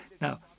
Now